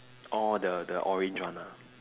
orh the the orange one ah